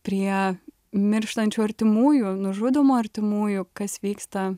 prie mirštančių artimųjų nužudomų artimųjų kas vyksta